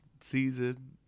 season